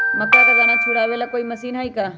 मक्का के दाना छुराबे ला कोई मशीन हई का?